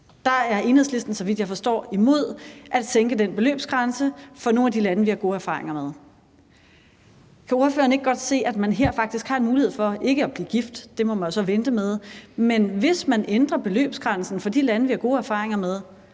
jeg forstår, imod at sænke den beløbsgrænse i forhold til nogle af de lande, vi har gode erfaringer med. Kan ordføreren ikke godt se, at man her faktisk har en mulighed for ikke at blive gift – det må man jo så vente med – men for at komme til landet? Hvis vi ændrer beløbsgrænsen i forhold til de lande, vi har gode erfaringer med,